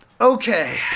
Okay